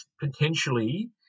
potentially